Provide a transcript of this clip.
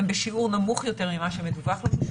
הן בשיעור נמוך יותר ממה שמדווח לנו.